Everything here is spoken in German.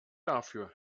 dafür